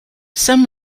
some